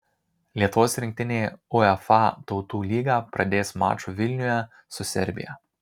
lietuvos rinktinė uefa tautų lygą pradės maču vilniuje su serbija